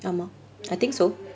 tamil I think so